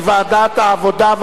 לדיון מוקדם בוועדת העבודה,